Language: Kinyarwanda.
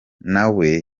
nawe